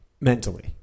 mentally